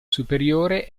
superiore